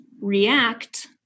react